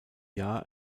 jahr